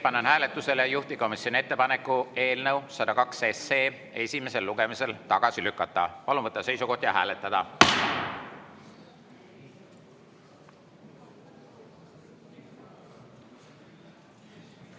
panen hääletusele juhtivkomisjoni ettepaneku eelnõu 102 esimesel lugemisel tagasi lükata. Palun võtta seisukoht ja hääletada!